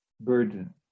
burden